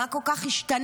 מה כל כך השתנה?